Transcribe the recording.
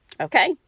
Okay